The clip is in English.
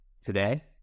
today